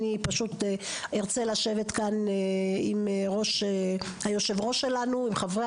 אני פשוט ארצה לשבת כאן עם יושב הראש הקבוע שלנו ועם חברי